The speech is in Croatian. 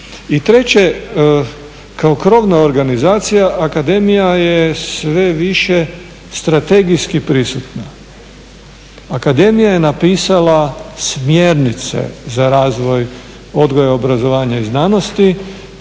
I treće, kao krovna organizacija akademija je sve više strategijski prisutna. Akademija je napisala smjernice za razvoj odgoja, obrazovanja i znanosti